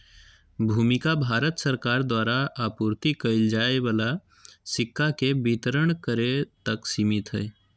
भूमिका भारत सरकार द्वारा आपूर्ति कइल जाय वाला सिक्का के वितरण करे तक सिमित हइ